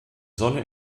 sonne